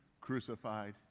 crucified